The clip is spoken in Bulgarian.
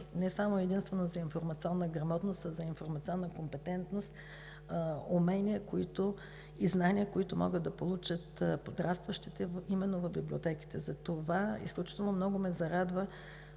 не само и единствено за информационна грамотност, а за информационна компетентност, умения и знания, които могат да получат подрастващите именно в библиотеките. Затова изключително много ме зарадва